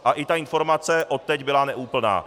A i informace odteď byla neúplná.